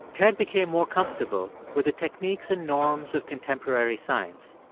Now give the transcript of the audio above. ted became more comfortable with the techniques and norms of contemporary science.